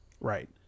Right